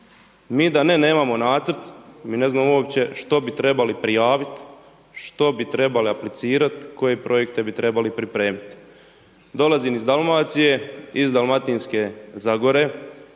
mi da ne nemamo Nacrt, mi ne znamo uopće što bi trebali prijavit, što bi trebali aplicirat, koje projekte bi trebali pripremit. Dolazim iz Dalmacije, iz Dalmatinske Zagore,